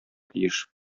тиеш